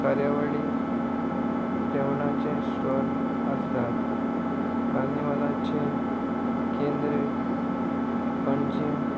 कार्यावळी जेवणाचें स्टॉल आसतात कार्निवालाचे केंद्र पणजीम